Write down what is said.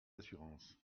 assurances